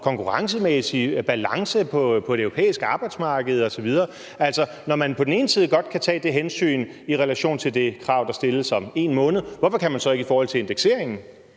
konkurrencemæssig balance på det europæiske arbejdsmarked osv. Når man på den ene side godt kan tage det hensyn i forhold til det krav, der stilles, om 1 måned, hvorfor kan man så ikke i forhold til indekseringen?